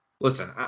listen